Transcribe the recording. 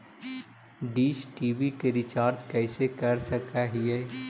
Dish TV के recharge कैसे कर सक हिय?